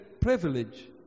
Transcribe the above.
privilege